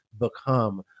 become